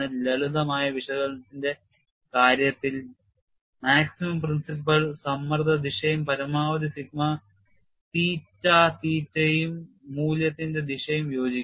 ലളിതമായ വിശകലനത്തിന്റെ കാര്യത്തിൽ maximum principal സമ്മർദ്ദ ദിശയും പരമാവധി സിഗ്മ തീറ്റ തീറ്റ മൂല്യത്തിന്റെ ദിശയും യോജിക്കുന്നു